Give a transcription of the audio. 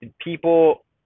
people